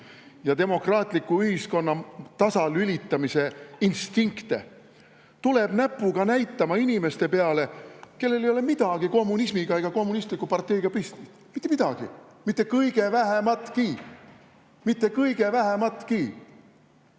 ja demokraatliku ühiskonna tasalülitamise instinkte, tuleb näpuga näitama inimeste peale, kellel ei ole midagi pistmist kommunismiga ega kommunistliku parteiga! Mitte midagi, mitte kõige vähematki! Mitte kõige vähematki!